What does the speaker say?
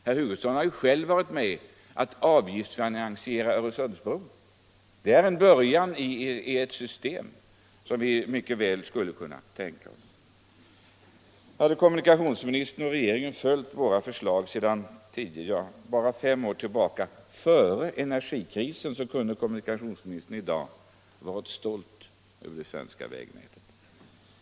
Herr Hugosson har ju själv varit med om att avgiftsfinansiera Öresundsbron. Det är en början till ett system som vi mycket väl skulle kunna tänka oss. Hade kommunikationsministern och regeringen följt våra förslag sedan tio, ja, bara fem år tillbaka eller före energikrisen, kunde kommunikationsministern i dag ha varit stolt över vägnätet.